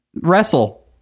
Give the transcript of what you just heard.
wrestle